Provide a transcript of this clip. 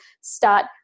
start